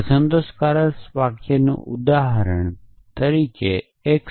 અસંતોષકારક વાક્યનું ઉદાહરણ x